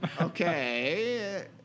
Okay